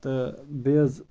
تہٕ بیٚیہِ حظ